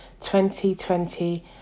2020